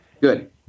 Good